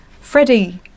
freddie